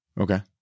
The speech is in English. Okay